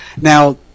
Now